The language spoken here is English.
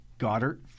Goddard